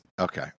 okay